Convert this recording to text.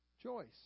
choice